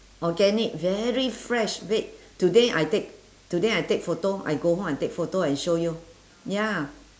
organic very fresh wait today I take today I take photo I go home I take photo and show you ya